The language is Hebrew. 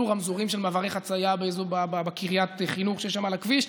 רמזורים של מעברי חצייה בקריית החינוך שיש שם על הכביש.